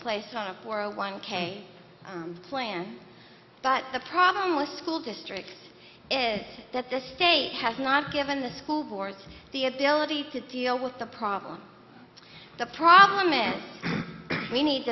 place on a four zero one k plan but the problem with school districts is that the state has not given the school boards the ability to deal with the problem the problem and we need